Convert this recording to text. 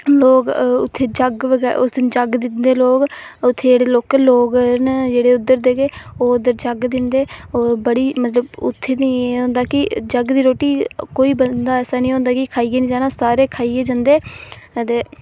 लोग उत्थै जग्ग बगैरा उस दिन जग्ग दिंदे लोग उत्थै जेह्ड़े लोकल लोक न जेह्ड़े उद्धर दे गै ओह् उद्धर जग्ग दिंदे आ बड़ी मतलब उत्थै ते इ'यां लगदा कि जग्ग दी रोटी कोई बंदा ऐसा निं होंदा कि रोटी खाइयै निं जाह्न सारे खाइयै जंदे अदे